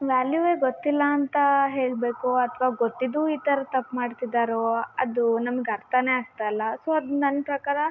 ವ್ಯಾಲ್ಯುನೆ ಗೊತ್ತಿಲ್ಲ ಅಂತ ಹೇಳಬೇಕೋ ಅಥವಾ ಗೊತ್ತಿದ್ದು ಈ ತರದ್ದು ತಪ್ಪು ಮಾಡ್ತಿದ್ದಾರೊ ಅದು ನಮ್ಗೆ ಅರ್ಥನೆ ಆಗ್ತಾ ಇಲ್ಲ ಸೊ ಅದು ನನ್ನ ಪ್ರಕಾರ